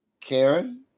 Karen